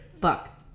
Fuck